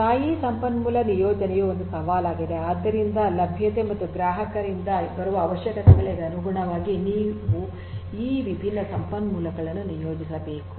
ಸ್ಥಾಯೀ ಸಂಪನ್ಮೂಲ ನಿಯೋಜನೆಯು ಒಂದು ಸವಾಲಾಗಿದೆ ಆದ್ದರಿಂದ ಲಭ್ಯತೆ ಮತ್ತು ಗ್ರಾಹಕರಿಂದ ಬರುವ ಅವಶ್ಯಕತೆಗಳಿಗೆ ಅನುಗುಣವಾಗಿ ನೀವು ಈ ವಿಭಿನ್ನ ಸಂಪನ್ಮೂಲಗಳನ್ನು ನಿಯೋಜಿಸಬೇಕು